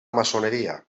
maçoneria